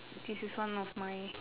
this is one of my